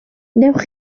wnewch